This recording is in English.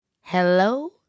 Hello